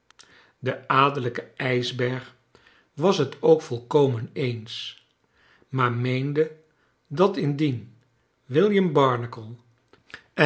de adellijke ijsberg was het ook volkomen eens maar meende dat indien william barnacle